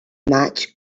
maig